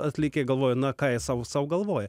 atlėkė galvoja na ką jie sau sau galvoja